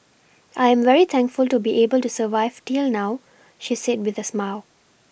I'm very thankful to be able to survive till now she said with a smile